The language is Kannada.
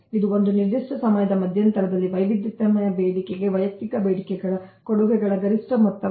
ಇದು ಒಂದು ನಿರ್ದಿಷ್ಟ ಸಮಯದ ಮಧ್ಯಂತರದಲ್ಲಿ ವೈವಿಧ್ಯಮಯ ಬೇಡಿಕೆಗೆ ವೈಯಕ್ತಿಕ ಬೇಡಿಕೆಗಳ ಕೊಡುಗೆಗಳ ಗರಿಷ್ಠ ಮೊತ್ತವಾಗಿದೆ